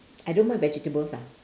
I don't mind vegetables ah